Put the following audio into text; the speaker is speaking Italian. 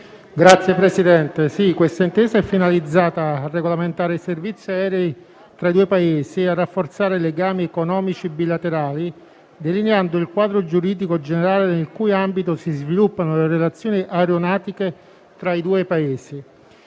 Signor Presidente, questa intesa è finalizzata a regolamentare i servizi aerei tra i due Paesi e a rafforzare i legami economici bilaterali, delineando il quadro giuridico generale nel cui ambito si sviluppano le relazioni aeronautiche tra i due Paesi.